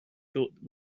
thought